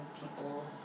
people